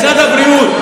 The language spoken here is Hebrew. משרד הבריאות,